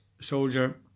soldier